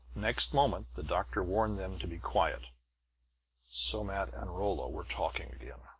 next moment the doctor warned them to be quiet somat and rolla were talking again.